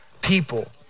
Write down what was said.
people